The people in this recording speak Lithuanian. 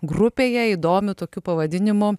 grupėje įdomiu tokiu pavadinimu